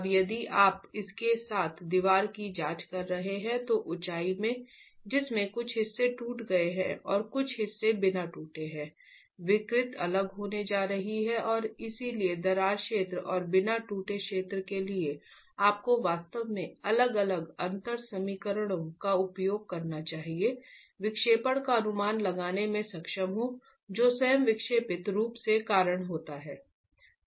अब यदि आप इसके साथ दीवार की जांच कर रहे हैं तो ऊंचाई है जिसमें कुछ हिस्से टूट गए हैं और कुछ हिस्से बिना टूटे हैं विकृति अलग होने जा रही है और इसलिए दरार क्षेत्र और बिना टूटे क्षेत्र के लिए आपको वास्तव में अलग अलग अंतर समीकरणों का उपयोग करना चाहिए विक्षेपण का अनुमान लगाने में सक्षम हो जो स्वयं विक्षेपित रूप के कारण होता है